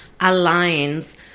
aligns